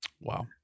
Wow